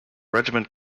regiment